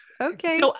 Okay